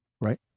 right